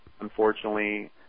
unfortunately